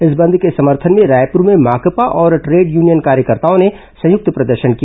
इस बंद के समर्थन में रायपुर में माकपा और ट्रेड यूनियन कार्यकर्ताओं ने संयुक्त प्रदर्शन किया